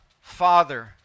father